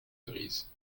cerises